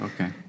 okay